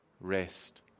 rest